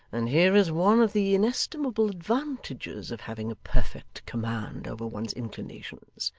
and here is one of the inestimable advantages of having a perfect command over one's inclinations.